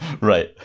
Right